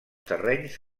terrenys